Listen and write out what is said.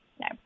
no